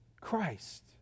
Christ